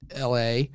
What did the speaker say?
LA